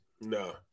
No